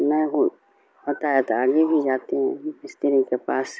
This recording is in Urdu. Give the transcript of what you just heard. نہ ہو ہوتا ہے تو آگے بھی جاتے ہیں اس طرح کے پاس